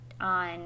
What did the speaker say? on